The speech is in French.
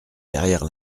derrière